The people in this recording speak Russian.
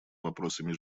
вопросами